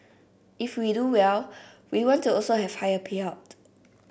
if we do well we want to also have higher payout